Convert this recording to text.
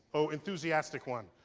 o enthusiastic one,